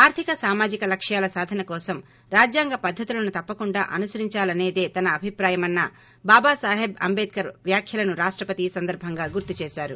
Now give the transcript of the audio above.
ఆర్గిక సామాజిక లక్ష్యాల సాధన కోసం రాజ్యాంగ పద్దతులను తప్పకుండా అనుసరించాలసేదే తన అభిప్రాయమన్న బాబా సాహెబ్ అంబేడ్కర్ వ్యాఖ్యలను రాష్టపతి ఈ సందర్భంగా గుర్తు చేశారు